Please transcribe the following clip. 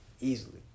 easily